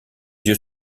yeux